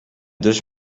dus